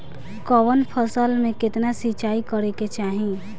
कवन फसल में केतना सिंचाई करेके चाही?